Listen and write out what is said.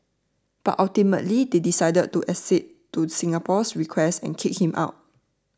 but ultimately they decided to accede to Singapore's request and kick him out